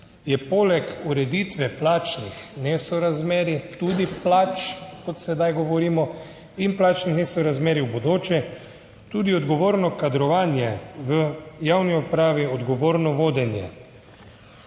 je poleg ureditve plačnih nesorazmerij, tudi plač kot sedaj govorimo, in plačnih nesorazmerij v bodoče tudi odgovorno kadrovanje v javni upravi, odgovorno vodenje.